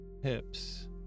Hips